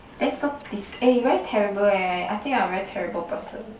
that's so dis~ eh you very terrible eh I think you're a very terrible person